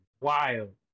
wild